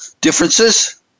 differences